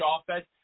offense